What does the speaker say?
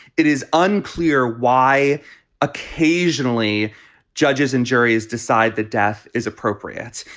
it is unclear why occasionally judges and juries decide that death is appropriate.